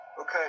Okay